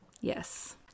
yes